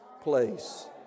place